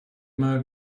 mal